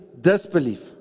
disbelief